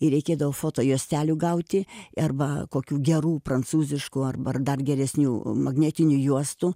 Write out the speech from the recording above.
ir reikėdavo fotojuostelių gauti erba kokių gerų prancūziškų arb dar geresnių magnetinių juostų